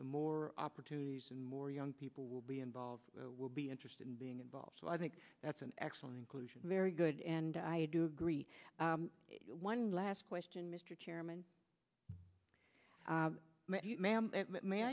the more opportunities and more young people will be involved will be interested in being involved so i think that's an excellent inclusion very good and i agree one last question mister chairman ma'am may